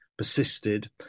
Persisted